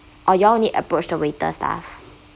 or you all only approach the waiter staff